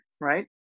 right